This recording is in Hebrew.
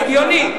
הגיוני.